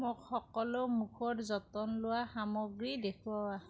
মোক সকলো মুখৰ যতন লোৱা সামগ্ৰী দেখুওৱা